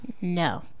No